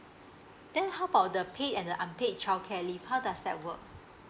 then how about the paid and the unpaid childcare leave how does that work